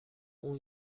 اون